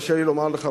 הרשה לי לומר לך,